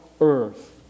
earth